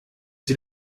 sie